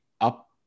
up